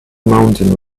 mountain